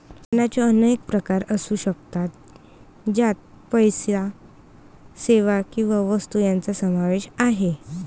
दानाचे अनेक प्रकार असू शकतात, ज्यात पैसा, सेवा किंवा वस्तू यांचा समावेश आहे